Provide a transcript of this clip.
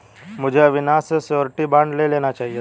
मुझे अविनाश से surety bond ले लेना चाहिए था